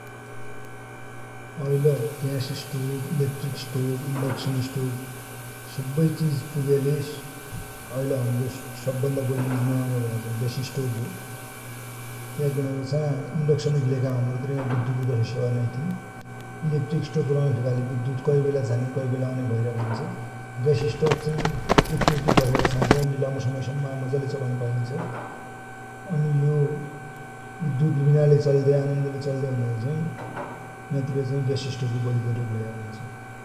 ऐल gas stove, electric stove, induction stove सबै चिज पुज्याले ऐल हमरो सबै बडी युज माइ आउन्या भनेको ग्यास स्टोभ हो। क्याकि भनेपछा इन्ड्क्सन कि लेखा बिद्धुत को तसो सेवा नाइ थिन, इलेकट्रिक स्टोभ चलउनाकि लेखा ले बिधुत कै बेला झाने कै बेला आउन्या भैराखन्छ​। ग्यास स्टोभ चाइ एक चोटी भर्या पछा चाइ एक लामो समय सम्मा मजाले चलाउनु सकन्छ। यो बिधुत बिना ले चल्दया हुनाले चै ग्यास स्टोभ को बडी प्रयोग भया हुन्छ ।